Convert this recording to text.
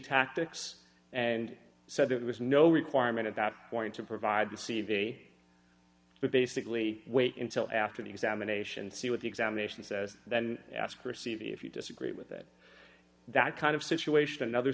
tactics and said it was no requirement at that point to provide the c v but basically wait until after the examination see what the examination says then ask receive if you disagree with it that kind of situation another